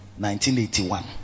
1981